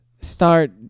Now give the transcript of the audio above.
start